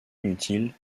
inutile